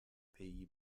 pays